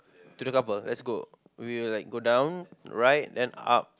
to the couple let's go we will like go down right then up